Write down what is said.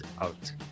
out